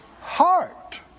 heart